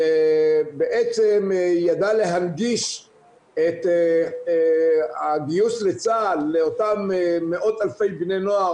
שבעצם ידע להנגיש את הגיוס לצה"ל לאותם מאות אלפי בני נוער,